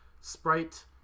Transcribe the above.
Sprite